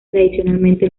tradicionalmente